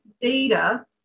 data